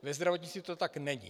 Ve zdravotnictví to tak není.